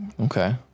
okay